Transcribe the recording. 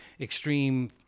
extreme